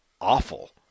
awful